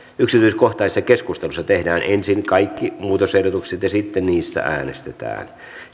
yksityiskohtaisessa keskustelussa tehdään ensin kaikki muutosehdotukset ja sitten niistä äänestetään